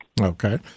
Okay